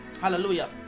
Hallelujah